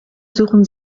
suchen